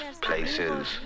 places